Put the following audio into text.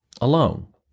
alone